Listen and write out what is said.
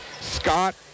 Scott